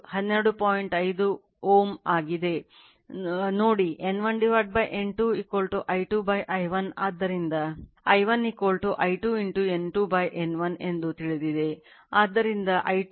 ನೋಡಿ N1 N2 I2 I1 ಆದ್ದರಿಂದ I1 I2 x N2 N1 ಎಂದು ತಿಳಿದಿದೆ